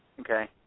okay